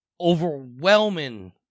overwhelming